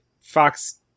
Fox